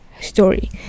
story